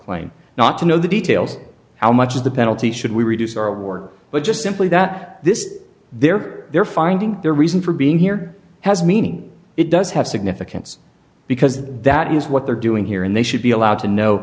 claim not to know the details how much of the penalty should we reduce our work but just simply that this is their their finding their reason for being here has meaning it does have significance because that is what they're doing here and they should be allowed to know